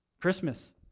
Christmas